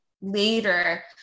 later